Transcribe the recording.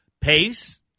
Pace